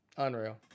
Unreal